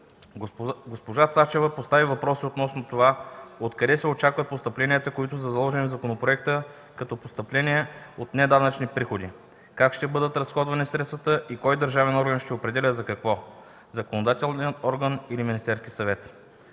Госпожа Цачева постави въпроси относно това откъде се очакват постъпленията, които са заложени в законопроекта като постъпления от неданъчни приходи, как ще бъдат разходвани средствата и кой държавен орган ще определя за какво – законодателният орган или Министерският съвет.